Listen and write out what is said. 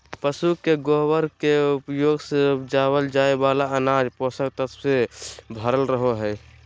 पशु के गोबर के उपयोग से उपजावल जाय वाला अनाज पोषक तत्वों से भरल रहो हय